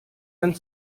and